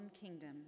kingdom